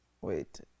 Wait